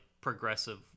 progressive